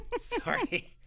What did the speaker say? Sorry